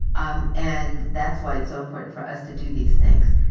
um and that's why it's so important for us to do these things.